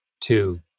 two